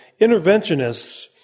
interventionists